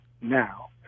now